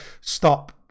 stop